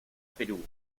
perú